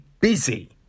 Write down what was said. Busy